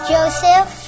Joseph